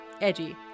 edgy